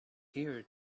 here